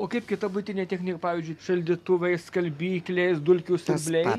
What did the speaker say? o kaip kita buitinė technika pavyzdžiui šaldytuvai skalbyklės dulkių siurbliai